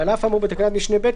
ועל אף האמור בתקנת משנה (ב),